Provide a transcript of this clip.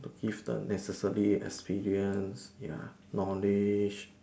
give them necessary experience ya knowledge